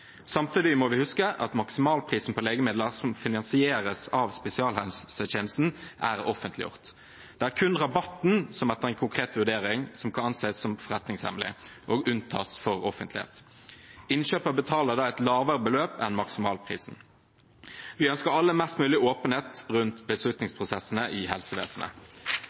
Samtidig må vi huske at maksimalprisen på legemidler som finansieres av spesialhelsetjenesten, er offentliggjort. Det er kun rabatten som etter en konkret vurdering kan anses som forretningshemmelig og unntas offentlighet. Innkjøper betaler da et lavere beløp enn maksimalprisen. Vi ønsker alle mest mulig åpenhet rundt beslutningsprosessene i helsevesenet.